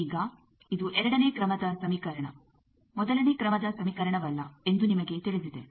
ಈಗ ಇದು ಎರಡನೇ ಕ್ರಮದ ಸಮೀಕರಣ ಮೊದಲನೇ ಕ್ರಮದ ಸಮೀಕರಣವಲ್ಲ ಎಂದು ನಿಮಗೆ ತಿಳಿದಿದೆ